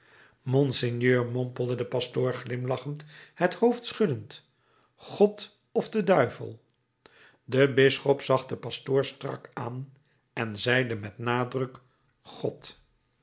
monseigneur mompelde de pastoor glimlachend het hoofd schuddend god of de duivel de bisschop zag den pastoor strak aan en zeide met nadruk god